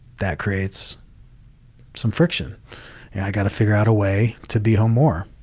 that creates some friction. and i've got to figure out a way to be home more.